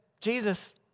Jesus